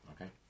Okay